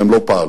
והם לא פעלו.